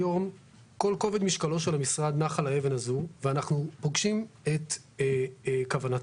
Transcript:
היום כל כובד משקלו של המשרד נח על האבן הזו ואנחנו פוגשים את כוונתו